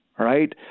Right